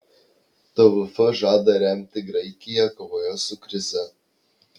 tvf žada remti graikiją kovoje su krize